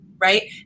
right